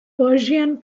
persian